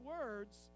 words